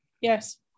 Yes